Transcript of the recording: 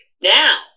Now